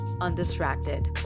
undistracted